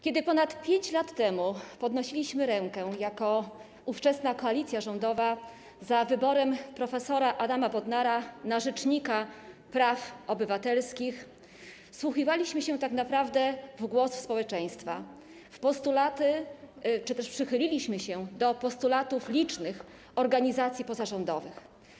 Kiedy ponad 5 lat temu podnosiliśmy rękę jako ówczesna koalicja rządowa za wyborem prof. Adama Bodnara na rzecznika praw obywatelskich, wsłuchiwaliśmy się tak naprawdę w głos społeczeństwa, przychylaliśmy się do postulatów licznych organizacji pozarządowych.